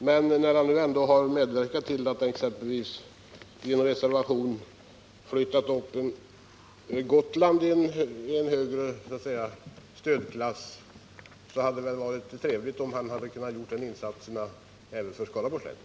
Men när han ändå har medverkat till att exempelvis i en reservation ha flyttat upp Gotland till en bättre stödklass, hade det varit trevligt om han kunnat göra en sådan insats också för Skaraborgs län.